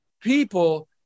people